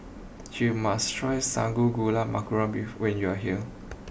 you must try Sago Gula Melaka when you are here